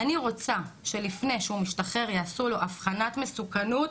אני רוצה שלפני שהוא משתחרר יעשו לו אבחנת מסוכנות,